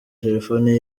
telefoni